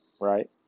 right